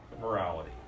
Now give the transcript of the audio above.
morality